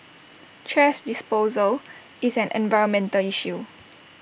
thrash disposal is an environmental issue